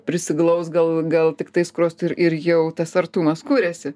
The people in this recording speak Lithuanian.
prisiglausk gal gal tiktai skruostu ir ir jau tas artumas kuriasi